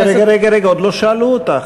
רגע רגע רגע, עוד לא שאלו אותך.